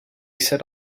set